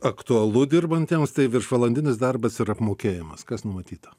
aktualu dirbantiems tai viršvalandinis darbas ir apmokėjimas kas numatyta